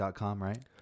right